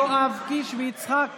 יואב קיש ויצחק פינדרוס.